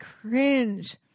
cringe